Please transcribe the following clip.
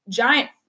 giant